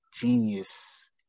genius